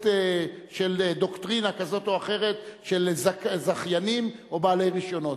של דוקטרינה כזאת או אחרת של זכיינים או בעלי רשיונות.